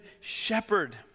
shepherd